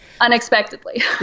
unexpectedly